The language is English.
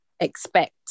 Expect